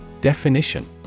Definition